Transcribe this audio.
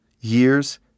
Years